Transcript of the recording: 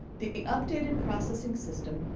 the updated processing system,